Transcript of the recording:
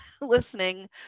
listening